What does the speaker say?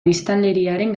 biztanleriaren